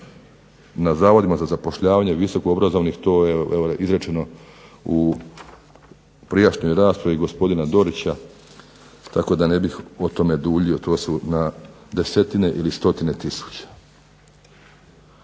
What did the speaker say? na zavodima za zapošljavanje visokoobrazovanih to je evo izrečeno u prijašnjoj raspravi gospodina Dorića tako da ne bih o tome duljio, to su na desetine ili stotine tisuća.